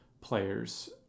players